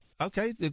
Okay